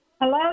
Hello